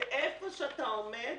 ואיפה שאתה עומד